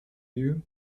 you